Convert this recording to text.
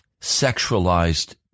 sexualized